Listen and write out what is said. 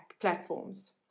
platforms